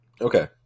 Okay